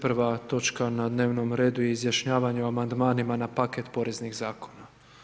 Prva točka na dnevnom redu je izjašnjavanje o amandmanima na paket poreznih zakona.